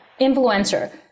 influencer